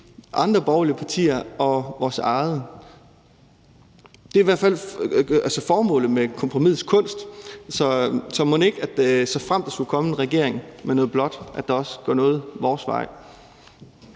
andre borgerlige partier og mit eget. Altså, det er i hvert fald formålet med kompromisets kunst, så mon ikke – såfremt der skulle komme en regering med noget blåt – der også går noget vores vej?